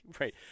Right